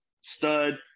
stud